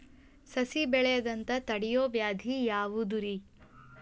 ಸಸಿ ಬೆಳೆಯದಂತ ತಡಿಯೋ ವ್ಯಾಧಿ ಯಾವುದು ರಿ?